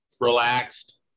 relaxed